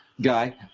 guy